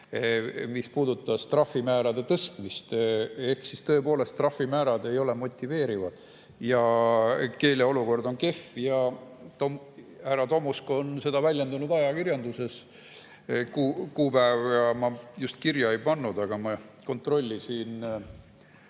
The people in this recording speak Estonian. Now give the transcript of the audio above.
mure puudutas trahvimäärade tõstmist. Ehk siis tõepoolest trahvimäärad ei ole motiveerivad ja keele olukord on kehv. Härra Tomusk on seda väljendanud ajakirjanduses, kuupäeva ma kirja just ei pannud, aga ma kontrollisin